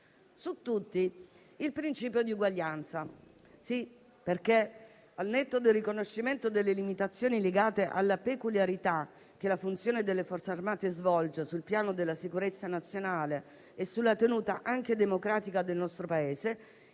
su tutti, quello di uguaglianza. Sì, perché al netto del riconoscimento delle limitazioni legate alla peculiarità delle funzioni che le Forze armate svolgono sul piano della sicurezza nazionale e sulla tenuta anche democratica del nostro Paese,